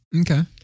Okay